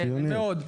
כן מאוד.